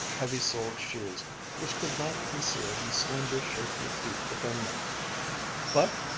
heavy-soled shoes which could not conceal the slender, shapely feet within them but,